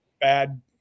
bad